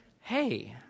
Hey